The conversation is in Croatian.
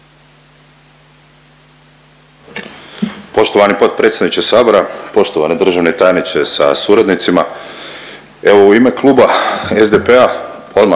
Poštovani potpredsjedniče sabora, poštovani državni tajniče sa suradnicima, evo u ime Kluba SDP-a odmah